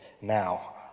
now